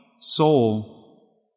soul